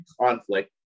conflict